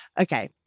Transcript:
Okay